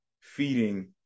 feeding